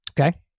Okay